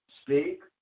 speak